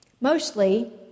Mostly